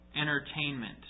entertainment